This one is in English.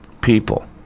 people